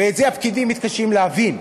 ואת זה הפקידים מתקשים להבין.